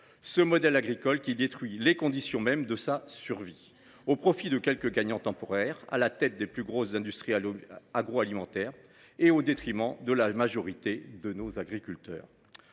ce modèle agricole qui détruit les conditions mêmes de sa survie, au profit de quelques gagnants temporaires à la tête des plus grosses industries agroalimentaires et au détriment de la majorité de nos agriculteurs